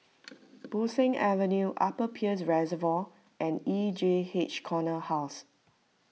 Bo Seng Avenue Upper Peirce Reservoir and E J H Corner House